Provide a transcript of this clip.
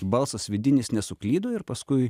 balsas vidinis nesuklydo ir paskui